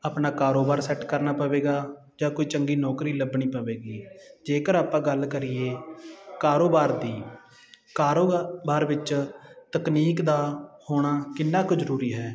ਆਪਣਾ ਕਾਰੋਬਾਰ ਸੈੱਟ ਕਰਨਾ ਪਵੇਗਾ ਜਾਂ ਕੋਈ ਚੰਗੀ ਨੌਕਰੀ ਲੱਭਣੀ ਪਵੇਗੀ ਜੇਕਰ ਆਪਾਂ ਗੱਲ ਕਰੀਏ ਕਾਰੋਬਾਰ ਦੀ ਕਾਰੋਬਾਰ ਵਿੱਚ ਤਕਨੀਕ ਦਾ ਹੋਣਾ ਕਿੰਨਾ ਕੁ ਜਰੂਰੀ ਹੈ